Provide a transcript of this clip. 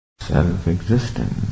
Self-existent